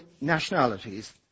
nationalities